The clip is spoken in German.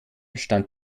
stand